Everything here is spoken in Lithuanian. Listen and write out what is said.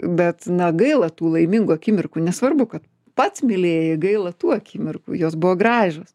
bet na gaila tų laimingų akimirkų nesvarbu kad pats mylėjai gaila tų akimirkų jos buvo gražios